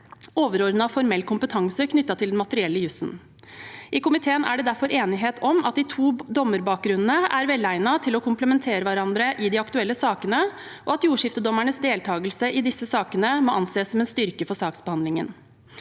overordnet formell kompetanse knyttet til den materielle jussen. I komiteen er det derfor enighet om at de to dommerbakgrunnene er velegnet til å komplimentere hverandre i de aktuelle sakene, og at jordskiftedommernes deltakelse i disse sakene må anses som en styrke for saksbehandlingen.